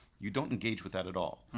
you don't engage with that at all.